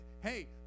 hey